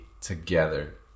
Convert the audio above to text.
together